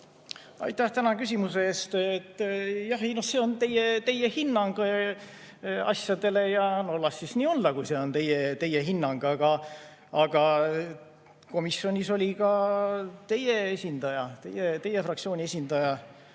Tänan küsimuse eest! Jah, see on teie hinnang asjadele ja las siis nii olla, kui see on teie hinnang. Aga komisjonis oli ka teie esindaja, teie fraktsiooni esindaja